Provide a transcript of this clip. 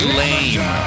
lame